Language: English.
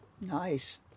nice